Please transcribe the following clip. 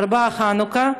ארבעה בחנוכה,